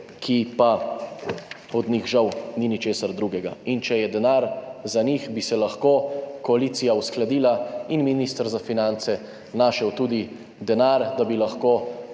od katerih pa žal ni nič drugega. In če je denar za njih, bi se lahko koalicija uskladila in minister za finance našel tudi denar, da bi lahko